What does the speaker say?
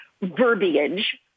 verbiage